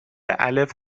الف